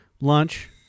lunch